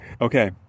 okay